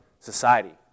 society